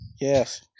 Yes